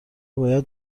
باید